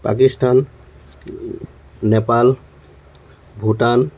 Pakistan Nepal Bhutan